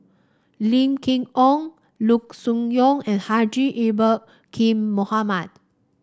Lim Chee Onn Loo Choon Yong and Haji Ya'acob Kin Mohamed